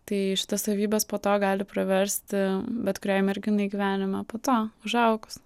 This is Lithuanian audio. tai šitos savybės po to gali praversti bet kuriai merginai gyvenime po to užaugus